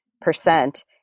percent